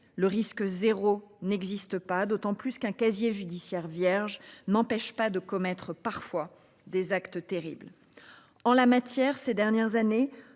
le risque 0 n'existe pas d'autant plus qu'un casier judiciaire vierge n'empêche pas de commettre parfois des actes terribles en la matière, ces dernières années,